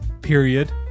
Period